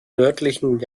nördlichen